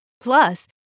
Plus